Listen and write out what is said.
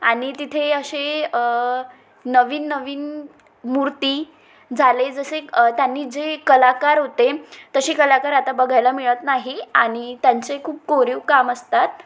आनि तिथे अशे नवीन नवीन मूर्ती झाले जसे त्यांनी जे कलाकार होते तसे कलाकार आता बघायला मिळत नाही आणि त्यांचे खूप कोरीव काम असतात